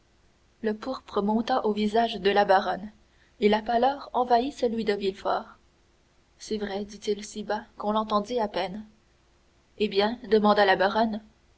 le pourpre monta au visage de la baronne et la pâleur envahit celui de villefort c'est vrai dit-il si bas qu'on l'entendit à peine eh bien demanda la baronne